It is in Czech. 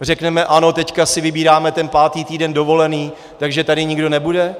Řekneme ano, teď si vybíráme ten pátý týden dovolené, takže tady nikdo nebude?